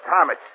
Thomas